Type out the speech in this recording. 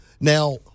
Now